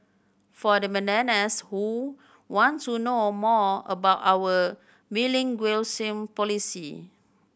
for the bananas who want to know more about our bilingualism policy